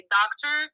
doctor